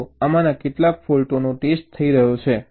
તો આમાંના કેટલાક ફૉલ્ટોનો ટેસ્ટ થઈ રહ્યો છે